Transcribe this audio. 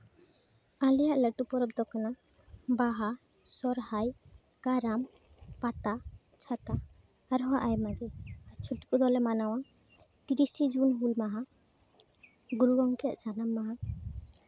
ᱟᱞᱮᱭᱟᱜ ᱞᱟᱹᱴᱩ ᱯᱚᱨᱚᱵᱽ ᱫᱚ ᱠᱟᱱᱟ ᱵᱟᱦᱟ ᱥᱚᱦᱚᱨᱟᱭ ᱠᱟᱨᱟᱢ ᱯᱟᱛᱟ ᱪᱷᱟᱛᱟ ᱟᱨᱦᱚᱸ ᱟᱭᱢᱟᱜᱮ ᱠᱚᱫᱚᱞᱮ ᱢᱟᱱᱟᱣᱟ ᱛᱤᱨᱤᱥᱮ ᱡᱩᱱ ᱦᱩᱞ ᱢᱟᱦᱟ ᱜᱩᱨᱩ ᱜᱚᱢᱠᱮᱭᱟᱜ ᱡᱟᱱᱟᱢ ᱢᱟᱦᱟ